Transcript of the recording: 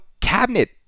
cabinet